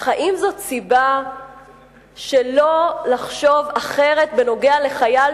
אך האם זו סיבה שלא לחשוב אחרת בנוגע לחייל